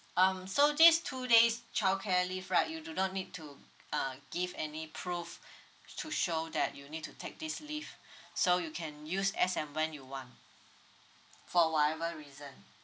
um so this two days childcare leave right you do not need to uh give any proof to show that you need to take this leave so you can use as and when you want for whatever reason